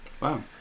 Wow